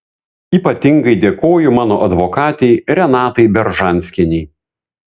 ypatingai dėkoju mano advokatei renatai beržanskienei